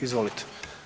Izvolite.